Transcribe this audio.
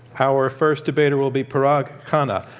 our first debater will be parag khanna.